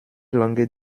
lange